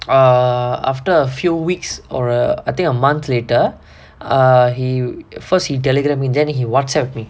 err after a few weeks or a I think a month later err he first he Telegram then he WhatsApp me